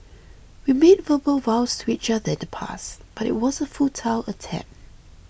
we made verbal vows to each other in the past but it was a futile attempt